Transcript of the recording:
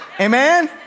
Amen